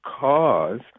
cause